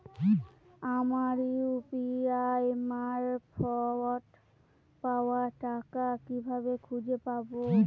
আমার ইউ.পি.আই মারফত পাওয়া টাকা কিভাবে খুঁজে পাব?